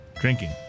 drinking